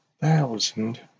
thousand